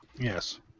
Yes